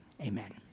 Amen